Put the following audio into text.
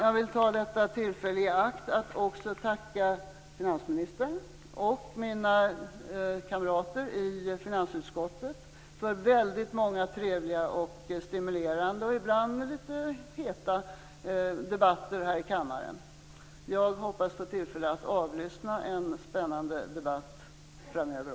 Jag vill ta tillfället i akt och tacka finansministern och mina kamrater i finansutskottet för väldigt många trevliga och stimulerande, och ibland litet heta, debatter här i kammaren. Jag hoppas på att få tillfälle att avlyssna en spännande debatt också framöver.